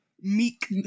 meek